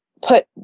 put